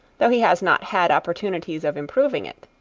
though he has not had opportunities of improving it.